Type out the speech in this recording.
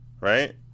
Right